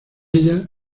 ella